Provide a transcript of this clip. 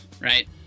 right